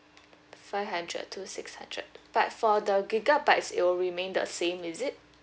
five hundred to six hundred but for the gigabytes it will remain the same is it